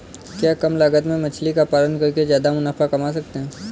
क्या कम लागत में मछली का पालन करके ज्यादा मुनाफा कमा सकते हैं?